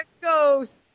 ghost